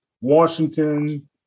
Washington